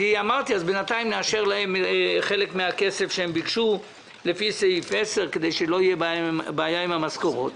אמרתי שנאשר להם חלק מהכסף שהם ביקשו כדי שלא תהיה בעיה עם המשכורות,